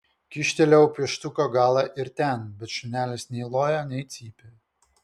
kyštelėjau pieštuko galą ir ten bet šunelis nei lojo nei cypė